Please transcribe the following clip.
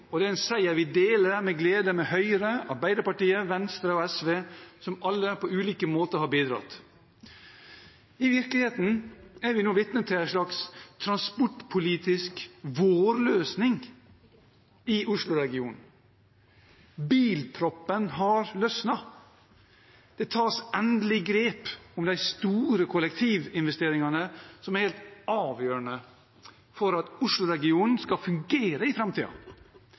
for Oslo-regionen og en seier vi med glede deler med Høyre, Arbeiderpartiet, Venstre og SV, som alle har bidratt på ulike måter. I virkeligheten er vi nå vitne til en slags transportpolitisk vårløsning i Oslo-regionen. Bilproppen har løsnet. Det tas endelig grep om de store kollektivinvesteringene som er helt avgjørende for at Oslo-regionen skal fungere i